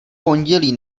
pondělí